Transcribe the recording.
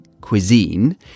cuisine